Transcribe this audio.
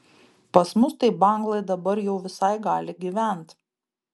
pas mus tai banglai dabar jau visai gali gyvent